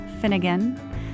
Finnegan